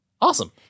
Awesome